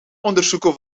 onderzoeken